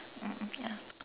mm ya